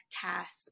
tasks